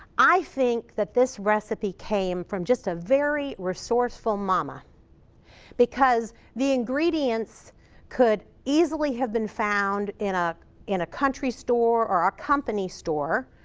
i think that this recipe came from just a very resourceful mama because the ingredients could easily have been found in a in a country store or a company store,